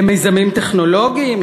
למיזמים טכנולוגיים,